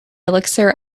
elixir